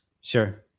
Sure